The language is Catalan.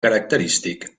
característic